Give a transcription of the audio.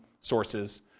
sources